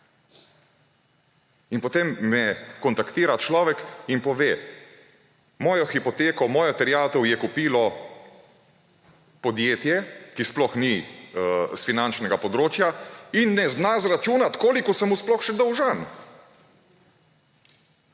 In potem me kontaktira človek in pove, mojo hipoteko, mojo terjatev je kupilo podjetje, ki sploh ni s finančnega področja in ne zna izračunati, koliko sem mu sploh še dolžan.